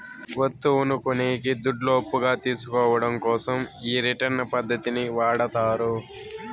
వత్తువును కొనేకి దుడ్లు అప్పుగా తీసుకోవడం కోసం ఈ రిటర్న్స్ పద్ధతిని వాడతారు